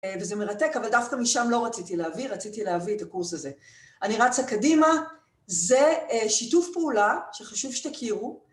וזה מרתק, אבל דווקא משם לא רציתי להביא, רציתי להביא את הקורס הזה. אני רצה קדימה. זה שיתוף פעולה, שחשוב שתכירו.